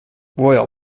royal